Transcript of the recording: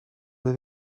oedd